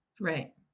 Right